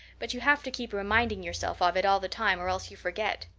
but you have to keep reminding yourself of it all the time or else you forget.